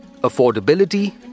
Affordability